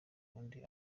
undi